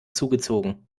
zugezogen